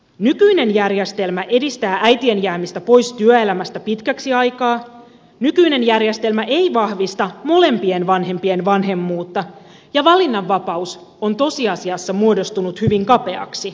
nykyinen järjestelmä edistää äitien jäämistä pois työelämästä pitkäksi aikaa nykyinen järjestelmä ei vahvista molempien vanhempien vanhemmuutta ja valinnanvapaus on tosiasiassa muodostunut hyvin kapeaksi